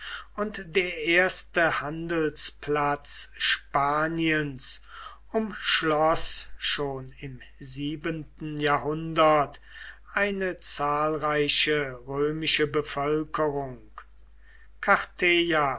und der erste handelsplatz spaniens umschloß schon im siebenten jahrhundert eine zahlreiche römische bevölkerung